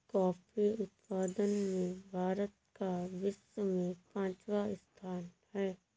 coffee उत्पादन में भारत का विश्व में पांचवा स्थान है